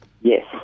Yes